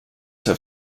have